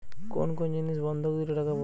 কোন কোন জিনিস বন্ধক দিলে টাকা পাব?